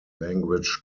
language